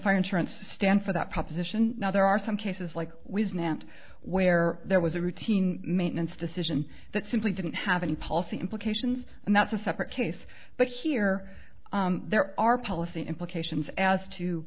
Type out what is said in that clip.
car insurance stand for that proposition now there are some cases like with nancy where there was a routine maintenance decision that simply didn't have any policy implications and that's a separate case but here there are policy implications as to